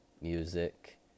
music